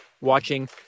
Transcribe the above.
watching